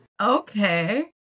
Okay